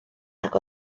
nag